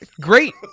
Great